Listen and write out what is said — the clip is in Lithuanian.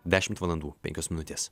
dešimt valandų penkios minutės